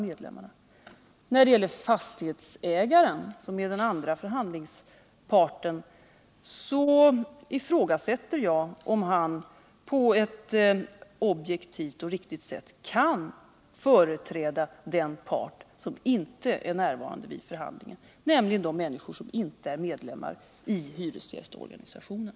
När det gäller fastighetsägaren, som är den andra förhandlingsparten, ifrågasätter jag om han på ett objektivt och riktigt sätt kan företräda den part som inte är närvarande vid förhandlingen, nämligen de människor som inte är medlemmar i hyresgästorganisationen.